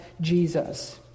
Jesus